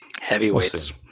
heavyweights